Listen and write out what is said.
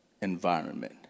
environment